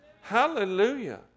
Hallelujah